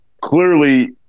clearly –